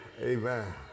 amen